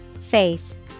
Faith